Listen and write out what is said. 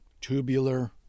tubular